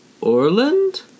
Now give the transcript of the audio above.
Orland